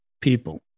people